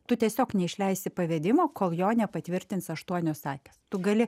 tu tiesiog neišleisi pavedimo kol jo nepatvirtins aštuonios sakęs tu gali